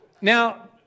Now